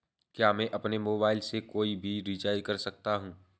क्या मैं अपने मोबाइल से कोई भी रिचार्ज कर सकता हूँ?